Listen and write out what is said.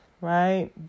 right